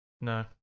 No